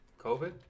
COVID